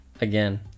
Again